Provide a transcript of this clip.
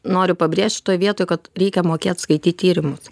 noriu pabrėžt šitoj vietoj kad reikia mokėt skaityt tyrimus